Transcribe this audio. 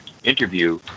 interview